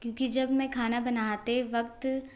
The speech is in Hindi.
क्योंकि जब मैं खाना बनाते वक्त